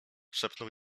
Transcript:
szepnął